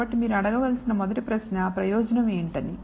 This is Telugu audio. కాబట్టి మీరు అడగవలసిన మొదటి ప్రశ్న ప్రయోజనం ఏంటనీ